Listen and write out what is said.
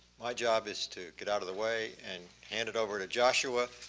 my job is to get out of the way and hand it over to joshua.